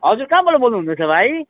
हजुर कहाँबाट बोल्नु हुँदैछ भाइ